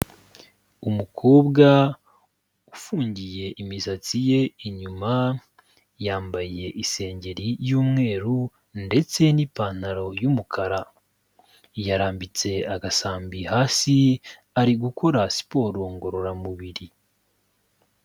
Umukobwa ufungiye imisatsi ye inyuma, yambaye isengeri y'umweru ndetse n'ipantaro y'umukara. Yarambitse agasambi hasi ari gukora siporo ngororamubiri.